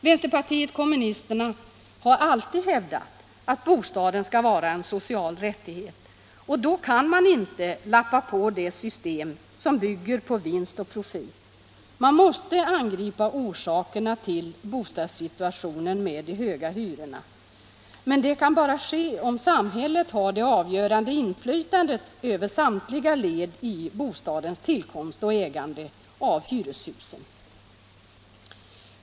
Vänsterpartiet kommunisterna har alltid hävdat att bostaden skall vara en social rättighet, och då kan man inte lappa på det system som bygger på vinst och profit utan man måste angripa orsakerna till bostadssituationen med de höga hyrorna. Men det kan bara ske om samhället har det avgörande inflytandet över samtliga led i bostadens tillkomst och ägande av hyreshusen.